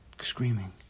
screaming